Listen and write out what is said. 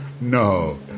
No